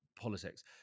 politics